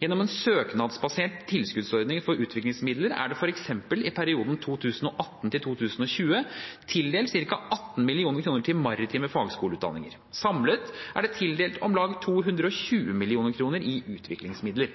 Gjennom en søknadsbasert tilskuddsordning for utviklingsmidler er det f.eks. i perioden 2018–2020 tildelt ca. 18 mill. kr til maritime fagskoleutdanninger. Samlet er det tildelt om lag 220 mill. kr i utviklingsmidler.